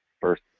first